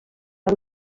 ngo